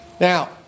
Now